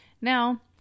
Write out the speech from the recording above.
Now